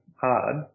hard